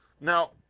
now